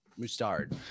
Mustard